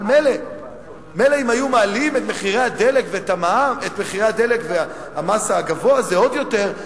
אבל מילא אם היו מעלים את מחירי הדלק והמס הגבוה הזה עוד יותר,